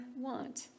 want